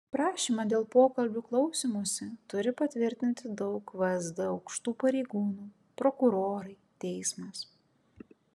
prašymą dėl pokalbių klausymosi turi patvirtinti daug vsd aukštų pareigūnų prokurorai teismas